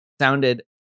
sounded